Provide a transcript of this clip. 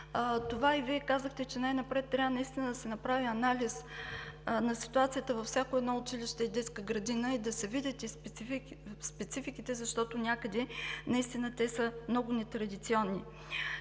И Вие казахте, най-напред трябва да се направи анализ на ситуацията във всяко едно училище и детска градина и да се видят и спецификите, защото някъде наистина те са много нетрадиционни.